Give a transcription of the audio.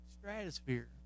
stratosphere